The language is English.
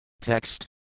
Text